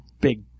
big